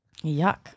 yuck